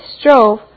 strove